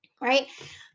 right